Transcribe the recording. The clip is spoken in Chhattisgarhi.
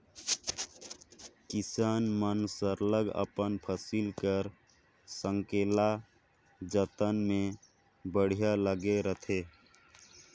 किसान मन सरलग अपन फसिल कर संकेला जतन में बड़िहा लगे रहथें